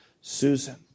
Susan